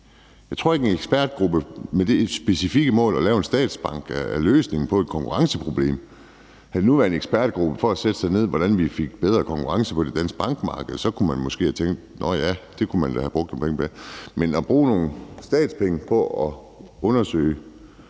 det at nedsætte en ekspertgruppe med det specifikke mål at lave en statsbank er løsningen på et konkurrenceproblem. Havde det nu været en ekspertgruppe, der skulle sætte sig ned og se på, hvordan vi fik bedre konkurrence på det danske bankmarked, kunne man måske havde tænkt: Nå ja, det kunne man da have brugt nogle penge på. Men at bruge nogle statspenge på en